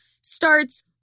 starts